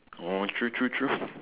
oh true true true